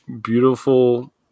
beautiful